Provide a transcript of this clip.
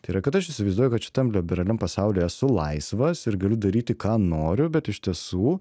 tai yra kad aš įsivaizduoju kad šitam liberaliam pasauly esu laisvas ir galiu daryti ką noriu bet iš tiesų